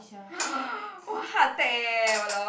!whoa! heart attack eh !walao!